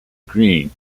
green